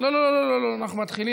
להרעיש עכשיו.